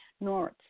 north